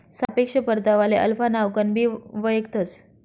सापेक्ष परतावाले अल्फा नावकनबी वयखतंस